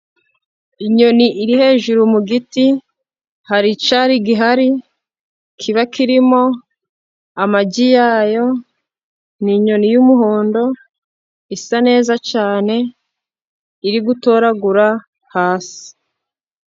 Inyoni iri hejuru mu giti, hari cyari gihari, kiba kirimo amagi yayo, ni inyoni y'umuhondo, isa neza cyane, iri gutoragura hasi.